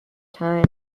time